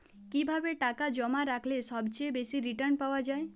কিভাবে টাকা জমা রাখলে সবচেয়ে বেশি রির্টান পাওয়া য়ায়?